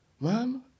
Mom